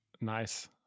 Nice